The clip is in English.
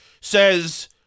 says